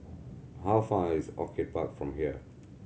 how far is Orchid Park from here